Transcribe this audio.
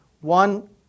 One